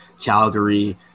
Calgary